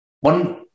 one